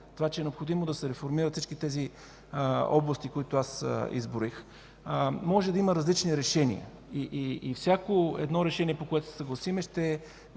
това, че е необходимо да се реформират всички тези области, които аз изброих, може да има различни решения. Всяко едно решение, по което ще се съгласим, ще